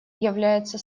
является